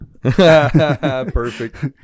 Perfect